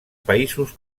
països